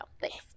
thanks